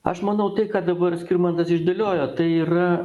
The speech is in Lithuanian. aš manau tai ką dabar skirmantas išdėliojo tai yra